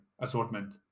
assortment